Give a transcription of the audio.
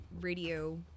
radio